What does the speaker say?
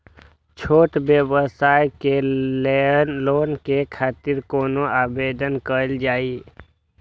छोट व्यवसाय के लोन के खातिर कोना आवेदन कायल जाय?